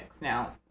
now